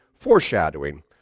foreshadowing